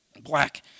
Black